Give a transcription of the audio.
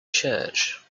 church